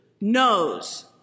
knows